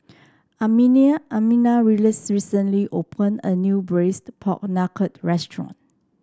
Almina recently open a new Braised Pork Knuckle restaurant